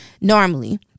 normally